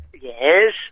Yes